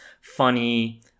funny